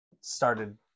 Started